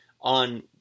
on